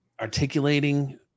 articulating